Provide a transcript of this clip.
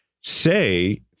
say